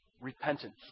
repentance